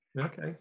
Okay